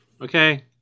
okay